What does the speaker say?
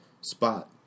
spot